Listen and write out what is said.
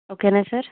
okay నా sir